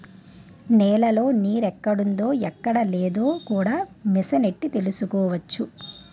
నేలలో నీరెక్కడుందో ఎక్కడలేదో కూడా మిసనెట్టి తెలుసుకోవచ్చు